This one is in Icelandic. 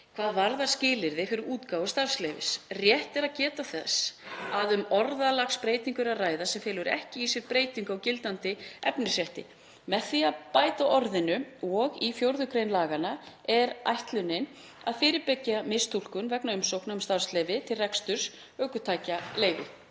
hvað varðar skilyrði fyrir útgáfu starfsleyfis. Rétt er að geta þess að um orðalagsbreytingu er að ræða sem felur ekki í sér breytingu á gildandi efnisrétti. Með því að bæta orðinu „og“ við í 4. gr. laganna er ætlunin að fyrirbyggja mistúlkun vegna umsókna um starfsleyfi til reksturs ökutækjaleigu.